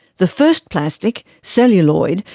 the first plastic, celluloid,